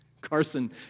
Carson